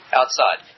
outside